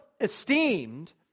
esteemed